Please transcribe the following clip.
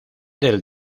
del